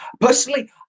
Personally